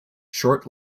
short